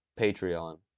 Patreon